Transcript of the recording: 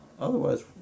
Otherwise